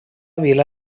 vila